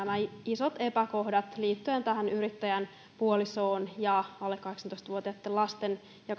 nämä isot epäkohdat liittyen tähän yrittäjän puolison ja alle kahdeksantoista vuotiaitten lasten ja